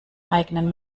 eigenen